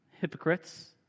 hypocrites